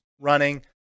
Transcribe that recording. running